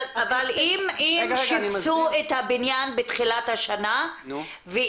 אבל אם שיפצו את הבניין בתחילת השנה --- הבינוי לא